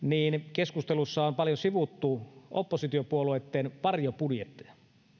keskustelussa on paljon sivuttu oppositiopuolueitten varjobudjetteja